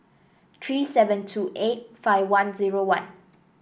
three seven two eight five one zero one